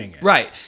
right